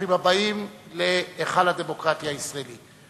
ברוכים הבאים להיכל הדמוקרטיה הישראלית.